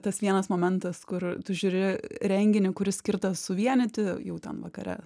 tas vienas momentas kur tu žiūri renginį kuris skirtas suvienyti jau ten vakare